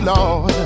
Lord